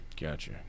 Gotcha